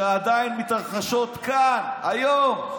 שעדיין מתרחשות כאן היום,